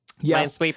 Yes